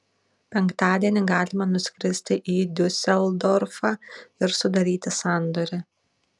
penktadienį galime nuskristi į diuseldorfą ir sudaryti sandorį